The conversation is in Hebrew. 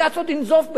בג"ץ עוד ינזוף בך.